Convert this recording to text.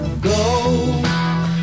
Go